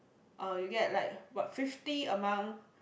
or you get like what fifty among